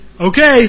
okay